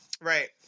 Right